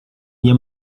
nie